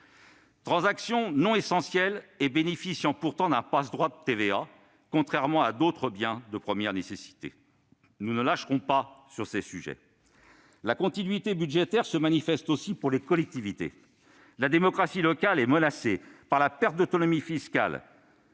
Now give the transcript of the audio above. transactions non essentielles bénéficient pourtant d'un passe-droit de TVA, contrairement à d'autres biens de première nécessité. Nous ne lâcherons pas sur ces sujets. La continuité budgétaire se manifeste aussi à l'égard des collectivités. La démocratie locale est menacée par la perte d'autonomie fiscale.